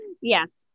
Yes